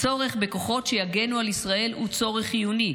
הצורך בכוחות שיגנו על ישראל הוא צורך חיוני,